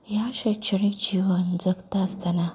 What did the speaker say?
ह्या शैक्षणीक जिवन जगता आसतना